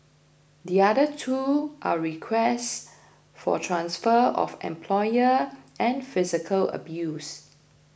the other two are requests for transfer of employer and physical abuse